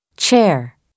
Chair